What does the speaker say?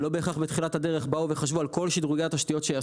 זה לא שבהכרח בתחילת הדרך חשבו על כל שדרוגי התשתיות שיעשו.